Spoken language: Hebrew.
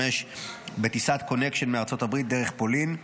בטיסת קונקשן מארצות הברית דרך פולין.